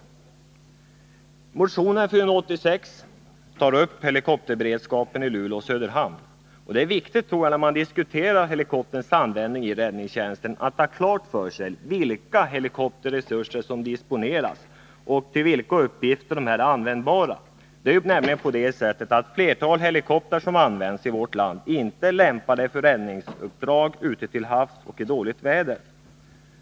I motion 486 tar vi upp frågan om helikopterberedskapen i Luleå och Söderhamn. När man diskuterar helikopterns användning i räddningstjänsten är det viktigt att man har klart för sig vilka helikopterresurser som disponeras och till vilka uppgifter de är användbara. Flertalet helikoptrar som används i vårt land är inte lämpade för räddningsuppdrag ute till havs och i dåligt väder.